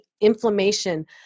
inflammation